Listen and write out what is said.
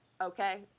okay